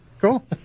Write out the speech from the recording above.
cool